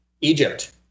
Egypt